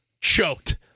choked